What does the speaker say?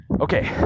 Okay